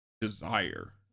desire